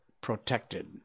protected